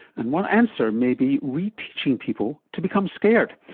and one answer may be re-teaching people to become scared.